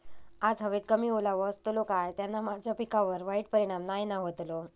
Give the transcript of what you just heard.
आज हवेत कमी ओलावो असतलो काय त्याना माझ्या पिकावर वाईट परिणाम नाय ना व्हतलो?